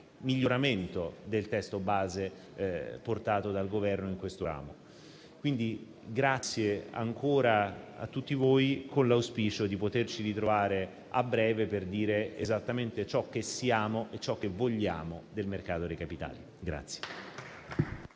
miglioramento del testo base portato dal Governo in questo ramo del Parlamento. Grazie ancora a tutti voi, con l'auspicio di poterci ritrovare a breve per dire esattamente ciò che siamo e ciò che vogliamo del mercato dei capitali.